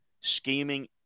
scheming